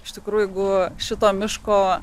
iš tikrų jeigu šito miško